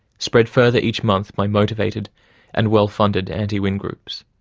spread further each month by motivated and well-funded anti-wind groups.